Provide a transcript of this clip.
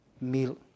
meal